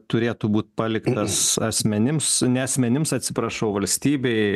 turėtų būt paliktas asmenims ne asmenims atsiprašau valstybei